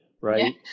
right